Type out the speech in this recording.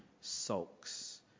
sulks